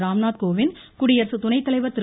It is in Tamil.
ராம்நாத் கோவிந்த் குடியரசுத் துணைத்தலைவர் திரு